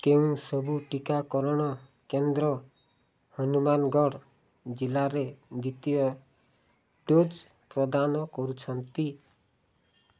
କେଉଁ ସବୁ ଟିକାକରଣ କେନ୍ଦ୍ର ହନୁମାନଗଡ଼୍ ଜିଲ୍ଲାରେ ଦ୍ୱିତୀୟ ଡୋଜ୍ ପ୍ରଦାନ କରୁଛନ୍ତି